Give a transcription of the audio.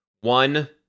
one